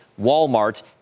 Walmart